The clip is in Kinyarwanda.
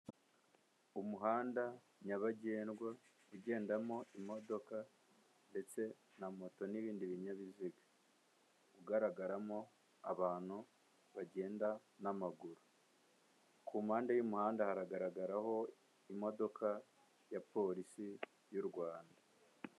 Umuhanda nyabagendwa ugendamo imodoka ndetse na moto n'ibindi binyabiziga, ugaragaramo abantu bagenda n'amaguru, ku mpande y'umuhanda haragaragaraho imodoka ya polisi y'u Rwanda.